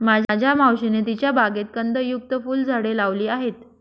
माझ्या मावशीने तिच्या बागेत कंदयुक्त फुलझाडे लावली आहेत